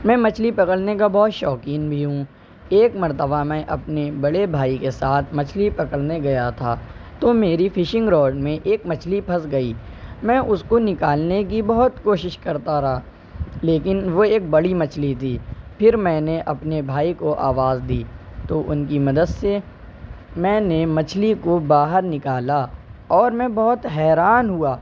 میں مچھلی پکڑنے کا بہت شوقین بھی ہوں ایک مرتبہ میں اپنے بڑے بھائی کے ساتھ مچھلی پکڑنے گیا تھا تو میری فشنگ روڈ میں ایک مچھلی پھنس گئی میں اس کو نکالنے کی بہت کوشش کرتا رہا لیکن وہ ایک بڑی مچھلی تھی پھر میں اپنے بھائی کو آواز دی تو ان کی مدد سے میں نے مچھلی کو باہر نکالا اور میں بہت حیران ہوا